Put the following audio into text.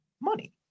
money